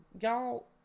y'all